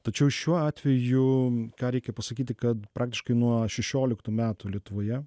tačiau šiuo atveju ką reikia pasakyti kad praktiškai nuo šešioliktų metų lietuvoje